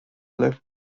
lift